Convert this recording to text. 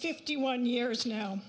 fifty one years now